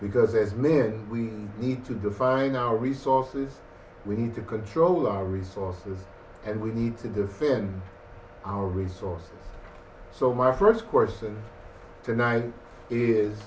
because as men we need to define our resources we need to control our resources and we need to defend our resources so my first question tonight is